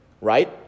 right